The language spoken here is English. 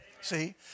See